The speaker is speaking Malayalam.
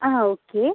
ആ ഓക്കെ